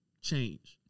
change